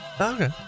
Okay